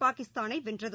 பாகிஸ்தானை வென்றது